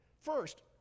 First